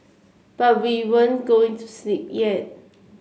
but we weren't going to sleep yet